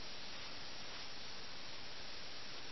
ഈ ആനന്ദക്കുഴിയിൽ മുങ്ങിത്താഴുന്നത് പോലെയാണ് രാഷ്ട്രീയ പതനം